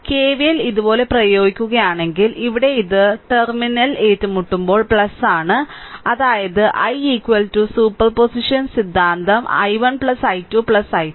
KVL ഇതുപോലെ പ്രയോഗിക്കുകയാണെങ്കിൽ ഇവിടെ ഇത് ടെർമിനൽ ഏറ്റുമുട്ടൽ ആണ് അതായത് i സൂപ്പർപോസിഷൻ സിദ്ധാന്തം i1 i2 i3